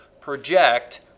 project